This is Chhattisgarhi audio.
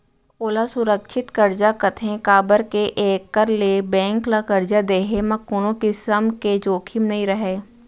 ओला सुरक्छित करजा कथें काबर के एकर ले बेंक ल करजा देहे म कोनों किसम के जोखिम नइ रहय